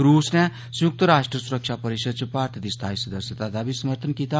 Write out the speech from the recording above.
रूस नै संयुक्त राष्ट्र सुरक्षा परिषद च भारत दी स्थाई सदस्यता दा बी समर्थन कीता